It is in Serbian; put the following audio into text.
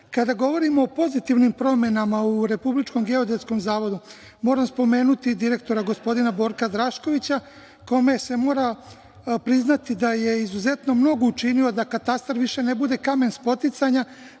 RGZ.Kada govorimo o pozitivnim promenama u RGZ, moram spomenuti direktora, gospodina Borka Draškovića, kome se mora priznati da je izuzetno mnogo učinio da Katastar više ne bude kamen spoticanja